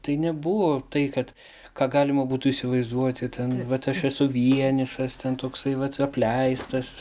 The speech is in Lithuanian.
tai nebuvo tai kad ką galima būtų įsivaizduoti ten vat aš esu vienišas ten toksai vat apleistas